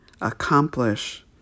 accomplish